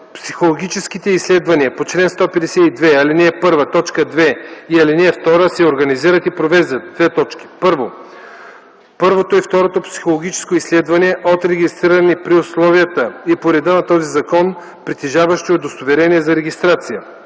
Психологическите изследвания по чл. 152, ал. 1, т. 2 и ал. 2 се организират и провеждат: 1. първото и второто психологическо изследване – от регистрирани при условията и по реда на този закон и притежаващи удостоверение за регистрация: